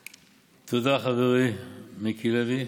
תודה, חברי מיקי לוי.